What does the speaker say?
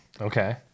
okay